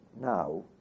now